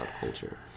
culture